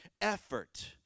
effort